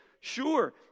Sure